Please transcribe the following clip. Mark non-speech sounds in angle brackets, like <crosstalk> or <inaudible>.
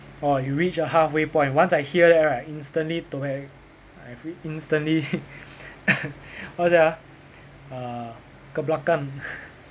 orh you reached the halfway point once I hear that right I instantly go back I instantly <laughs> what's that ah uh ke belakang